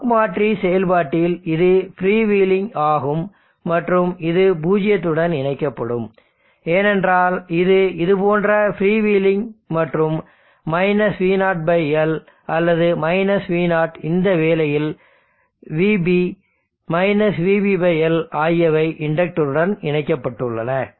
buck மாற்றி செயல்பாட்டில் இது ஃப்ரீவீலிங் ஆகும் மற்றும் இது பூஜ்ஜியத்துடன் இணைக்கப்படும் ஏனென்றால் இது இது போன்ற ஃப்ரீவீலிங் மற்றும் -v0 L அல்லது -v0 இந்த வேளையில் vB vB L ஆகியவை இண்டக்டர்உடன் இணைக்கப்பட்டுள்ளன